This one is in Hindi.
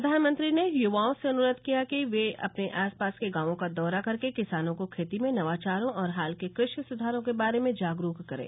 प्रधानमंत्री ने युवाओं से अनुरोध किया कि वे अपने आसपास के गांवों का दौरा करके किसानों को खेती में नवाचारों और हाल के क षि सुधारों के बारे में जागरूक करें